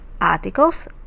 articles